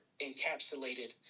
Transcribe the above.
encapsulated